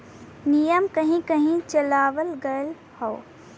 नियम कहीं कही चलावल गएल हौ